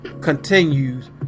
continues